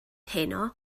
heno